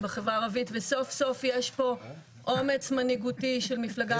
בחברה הערבית וסוף סוף יש פה אומץ מנהיגותי של מפלגה